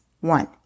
One